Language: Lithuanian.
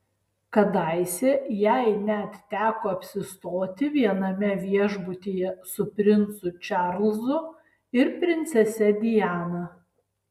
kadaise jai net teko apsistoti viename viešbutyje su princu čarlzu ir princese diana